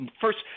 first